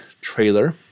trailer